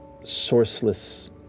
sourceless